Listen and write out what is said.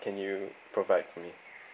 can you provide for me